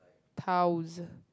thousand